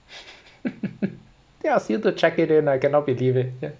they asked you to check it in I cannot believe it ya